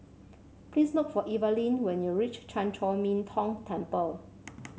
please look for Evalyn when you reach Chan Chor Min Tong Temple